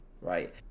right